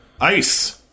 ice